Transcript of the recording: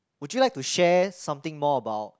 would you like to share something more about